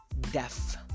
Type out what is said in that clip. deaf